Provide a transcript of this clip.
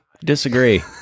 disagree